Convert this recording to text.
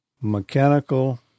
mechanical